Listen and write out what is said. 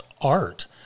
art